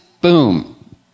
boom